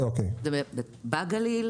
זה בגליל